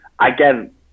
again